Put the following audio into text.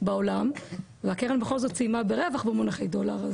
בעולם והקרן בכל זאת סיימה ברווח במונחי דולר,